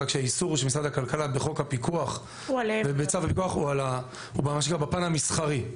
רק שהאיסור של משרד הכלכלה בחוק הפיקוח ובצו הפיקוח הוא בפן המסחרי.